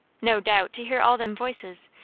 no doubt, to hear all them voices,